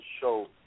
show